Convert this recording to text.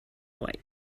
white